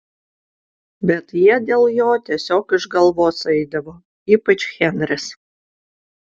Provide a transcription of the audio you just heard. bet jie dėl jo tiesiog iš galvos eidavo ypač henris